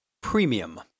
Premium